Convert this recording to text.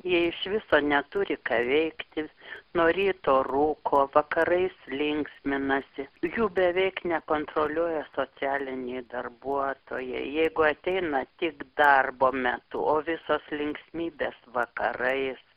jie iš viso neturi ką veikti nuo ryto rūko vakarais linksminasi jų beveik nekontroliuoja socialiniai darbuotojai jeigu ateina tik darbo metu o visos linksmybės vakarais